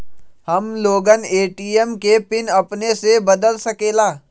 हम लोगन ए.टी.एम के पिन अपने से बदल सकेला?